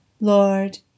Lord